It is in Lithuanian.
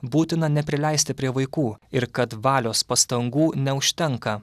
būtina neprileisti prie vaikų ir kad valios pastangų neužtenka